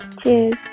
Cheers